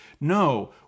No